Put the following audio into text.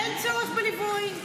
אין צורך בליווי.